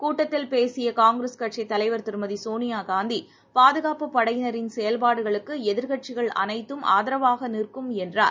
கூட்டத்தில் பேசியகாங்கிரஸ் கட்சித் தலைவர் திருமதிசோனியாகாந்திபாதுகாப்பு படையினரின் செயல்பாடுகளுக்குஎதிர்க்கட்சிகள் அனைத்தும் ஆதரவாகநிற்கும் என்றார்